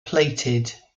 plated